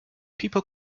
people